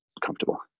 comfortable